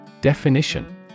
Definition